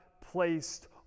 placed